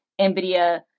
NVIDIA